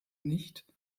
nicht